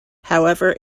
however